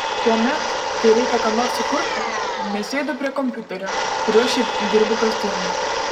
tuomet kai reikia ką nors sukurti nesėdu prie kompiuterio kuriuo šiaip dirbu kasdien